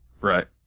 right